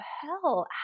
hell